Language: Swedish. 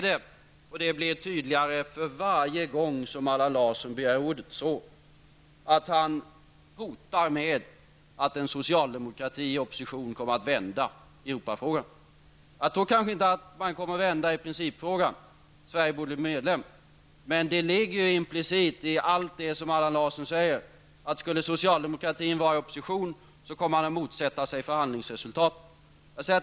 Det blir tydligare för varje gång som Allan Larsson begär ordet att han hotar med att en socialdemokrati i opposition kommer att vända i Europafrågan. Jag tror kanske inte att man kommer att vända i principfrågan -- att Sverige bör bli medlem. Men det ligger implicit i allt det som Allan Larsson säger, att skulle socialdemokratin vara i opposition, så kommer han att motsätta sig förhandlingsresultaten.